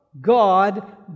God